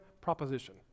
proposition